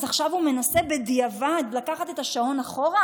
אז עכשיו הוא מנסה בדיעבד לקחת את השעון אחורה?